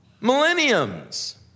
millenniums